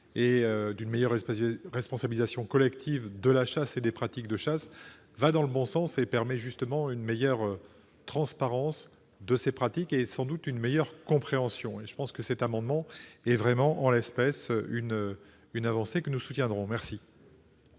sens d'une meilleure responsabilisation collective de la chasse et des pratiques de chasse vont dans le bon sens et permettent une meilleure transparence de ces pratiques et, sans doute, une meilleure compréhension. En l'espèce, cet amendement constitue une avancée, et nous le soutenons. La